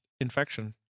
infection